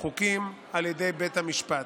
חוקים על ידי בית המשפט.